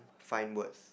fine words